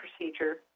procedure